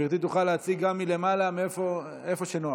גברתי תוכל להציג גם מלמעלה, איפה שנוח,